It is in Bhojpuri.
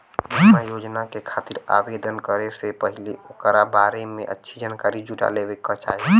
बीमा योजना के खातिर आवेदन करे से पहिले ओकरा बारें में अच्छी जानकारी जुटा लेवे क चाही